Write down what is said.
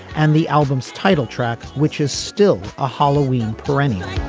and the album's title track which is still a halloween perennial